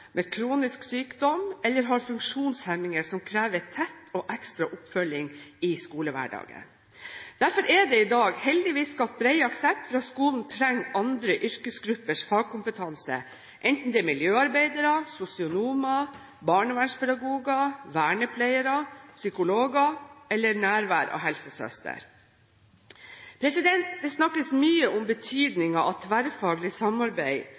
med kronisk sykdom eller har funksjonshemninger som krever tett og ekstra oppfølging i skolehverdagen. Derfor er det i dag heldigvis skapt bred aksept for at skolen trenger andre yrkesgruppers fagkompetanse, enten det er miljøarbeidere, sosionomer, barnevernspedagoger, vernepleiere, psykologer eller nærvær av helsesøster. Det snakkes mye om betydningen av tverrfaglig samarbeid